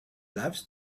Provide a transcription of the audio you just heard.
loves